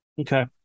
Okay